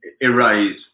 erase